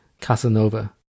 Casanova